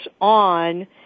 on